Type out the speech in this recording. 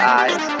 eyes